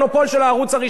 השמאל עשה את זה.